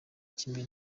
kimwe